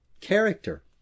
character